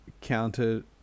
counted